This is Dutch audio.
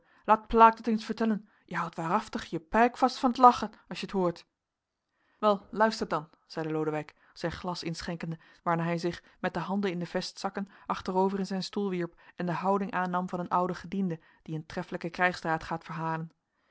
dat eens vertellen je houdt waaraftig je pijk fast fan t lachen as je t hoort wel luistert dan zeide lodewijk zijn glas inschenkende waarna hij zich met de handen in de vestzakken achterover in zijn stoel wierp en de houding aannam van een ouden gediende die een treffelijke krijgsdaad gaat verhalen